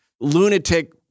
lunatic